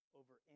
over